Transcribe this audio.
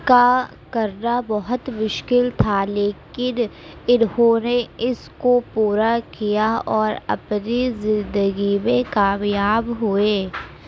کا کرنا بہت مشکل تھا لیکن انہوں نے اس کو پورا کیا اور اپنی زندگی میں کامیاب ہوئے